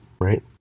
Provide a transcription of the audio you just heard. right